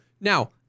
now